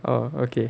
oh okay